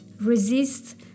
resist